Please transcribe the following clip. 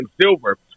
Silver